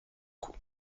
coup